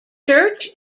church